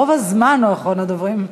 רוב הזמן הוא אחרון הדוברים.